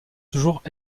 toujours